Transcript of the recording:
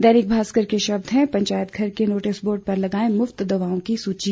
दैनिक भास्कर के शब्द हैं पंचायत घर के नोटिस बोर्ड पर लगाएं मुफ्त दवाओं की सूची